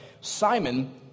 Simon